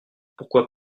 pourquoi